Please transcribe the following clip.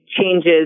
changes